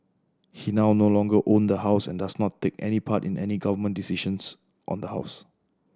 he now no longer own the house and does not take part in any Government decisions on the house